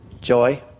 joy